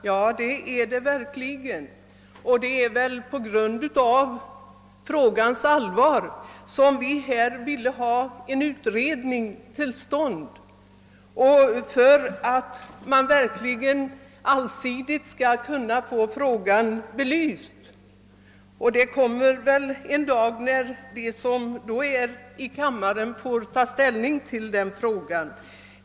Ja, det är det verkligen. Det är på grund av frågans allvar som vi här vill ha en utredning till stånd för att man verkligen allsidigt skall kunna få frågan belyst. Det kommer väl en dag när de som då tillhör riksdagen får ta ställning till den frågan.